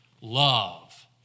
love